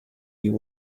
you